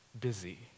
busy